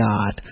God